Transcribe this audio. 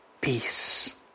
peace